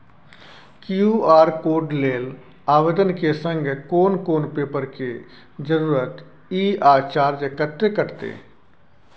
QR code लेल आवेदन के संग कोन कोन पेपर के जरूरत इ आ चार्ज कत्ते कटते?